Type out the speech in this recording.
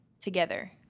together